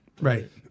Right